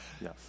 Yes